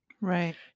Right